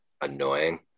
annoying